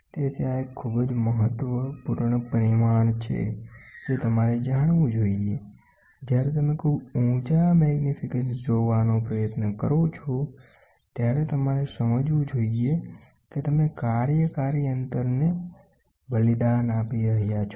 તેથી આ એક ખૂબ જ મહત્વપૂર્ણ પરિમાણ છે જે તમારે જાણવું જોઈએ જ્યારે તમે ખૂબ ઉચા વિસ્તૃતિકરણ જોવાનો પ્રયત્ન કરો છો ત્યારે તમારે સમજવું જોઈએ કે તમે કાર્યકારી અંતરને બલિદાન આપી રહ્યા છો